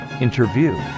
interview